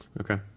okay